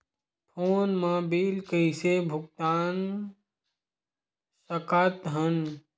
Phone मा bill कइसे भुक्तान साकत हन?